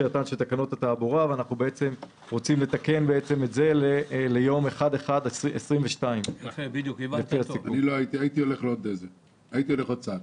ובמקומו יבוא: "1 בינואר 2022". הייתי הולך עוד צעד.